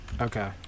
Okay